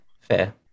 fair